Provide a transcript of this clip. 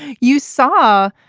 you saw,